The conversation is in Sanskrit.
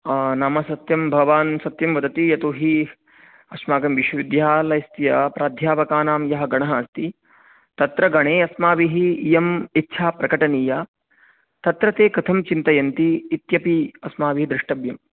नाम सत्यं भवान् सत्यं वदति यतोहि अस्माकं विश्वविध्यालयस्य प्राध्यापकानां यः गणः अस्ति तत्र गणे अस्माभिः इयम् इच्छा प्रकटनीया तत्र ते कथं चिन्तयन्ति इत्यपि अस्माभिः द्रष्टव्यम्